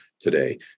today